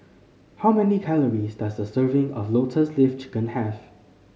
how many calories does a serving of Lotus Leaf Chicken have